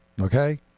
okay